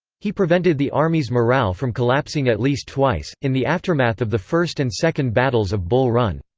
he prevented the army's morale from collapsing at least twice, in the aftermath of the first and second battles of bull run.